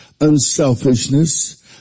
unselfishness